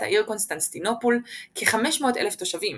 העיר קונסטנטינופול כ-500,000 תושבים,